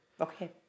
Okay